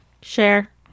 share